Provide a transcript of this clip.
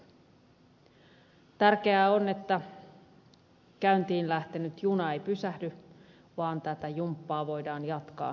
tärkeää on että käyntiin lähtenyt juna ei pysähdy vaan tätä jumppaa voidaan jatkaa suoraan tästä